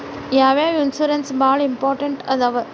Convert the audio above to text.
ಯಾವ್ಯಾವ ಇನ್ಶೂರೆನ್ಸ್ ಬಾಳ ಇಂಪಾರ್ಟೆಂಟ್ ಅದಾವ?